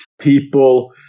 people